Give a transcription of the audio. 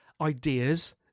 ideas